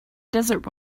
desert